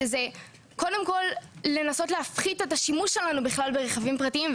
שזה קודם כול לנסות להפחית את השימוש שלנו בכלל ברכבים פרטיים,